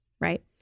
right